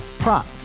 Prop